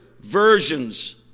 versions